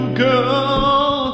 girl